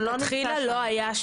לא היה.